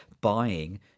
buying